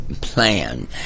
plan